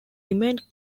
remained